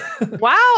Wow